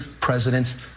presidents